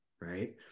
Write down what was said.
right